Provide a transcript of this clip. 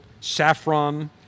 saffron